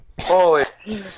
Holy